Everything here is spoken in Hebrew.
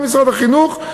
גם משרד החינוך.